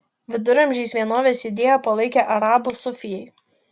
viduramžiais vienovės idėją palaikė arabų sufijai